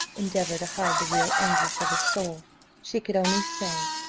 endeavour to hide the real anguish of her soul she could only say,